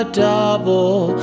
double